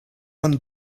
one